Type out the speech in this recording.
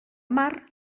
mar